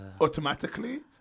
Automatically